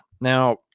Now